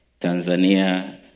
Tanzania